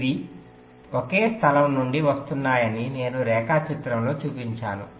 అవి ఒకే స్థలం నుండి వస్తున్నాయని నేను రేఖాచిత్రంలో చూపించాను